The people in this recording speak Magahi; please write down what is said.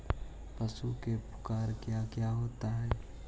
पशु के पुरक क्या क्या होता हो?